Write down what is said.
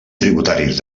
tributaris